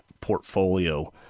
portfolio